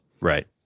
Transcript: right